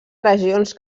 regions